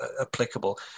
applicable